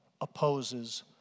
opposes